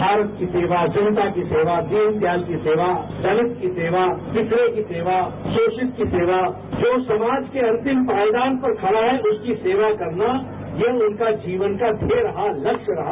भारत की सेवा जनता की सेवा दीनदयाल की सेवा दलीत की सेवा पिछडे की सेवा शोषित की सेवा जो समाज के अंतिम पायदान पर खडा है उसकी सेवा करना यह उनके जीवन का ध्येय रहा लक्ष्य रहा